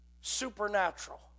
Supernatural